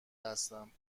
هستم